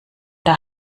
der